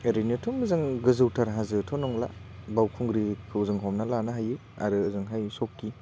ओरैनोथ' मोजां गोजौथार हाजोथ' नंला बावखुंग्रिखौ जों हमना लानो हायो आरो ओजोंहाय सौकि